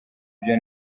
byo